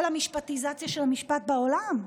כל המשפטיזציה של המשפט בעולם,